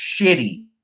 shitty